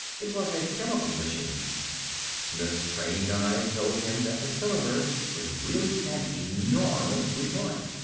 it was a chemical machine smith's trained eyes told him that the cylinder was really an enormous retort.